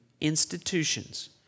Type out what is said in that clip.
institutions